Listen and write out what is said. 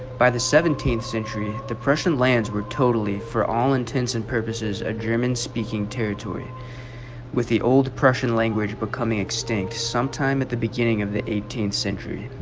by the seventeenth century the prescient lands were totally for all intents and purposes a german-speaking territory with the old prussian language becoming extinct sometime at the beginning of the eighteenth century